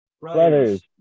brothers